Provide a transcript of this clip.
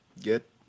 Get